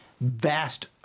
vast